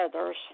others